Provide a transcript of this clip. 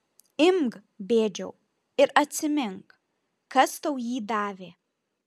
imk bėdžiau ir atsimink kas tau jį davė